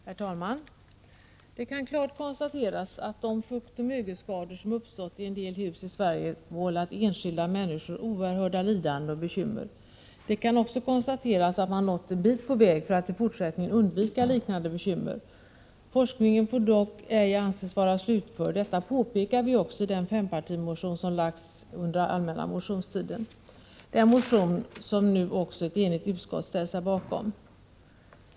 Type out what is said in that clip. Herr talman! Det kan klart konstateras att de fuktoch mögelskador som uppstått i en del hus i Sverige vållat enskilda människor oerhörda lidanden och bekymmer. Det kan också konstateras att man nått en bit på väg för att i fortsättningen undvika liknande bekymmer. Forskningen får dock ej anses vara slutförd. Detta påpekar vi också i den fempartimotion som väckts under den allmänna motionstiden — den motion som nu också ett enigt utskott ställt sig bakom.